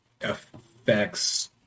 affects –